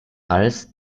als